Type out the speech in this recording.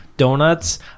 donuts